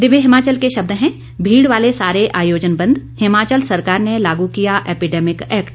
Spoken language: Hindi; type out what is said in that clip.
दिव्य हिमाचल के शब्द हैं भीड़ वाले सारे आयोजन बंद हिमाचल सरकार ने लागू किया एपिडेमिक एक्ट